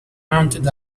mounted